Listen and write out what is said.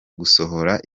gusohora